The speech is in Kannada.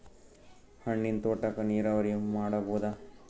ಹಣ್ಣಿನ್ ತೋಟಕ್ಕ ನೀರಾವರಿ ಮಾಡಬೋದ?